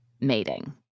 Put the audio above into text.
mating